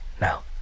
Now